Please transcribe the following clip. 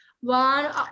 One